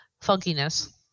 funkiness